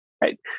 right